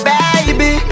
Baby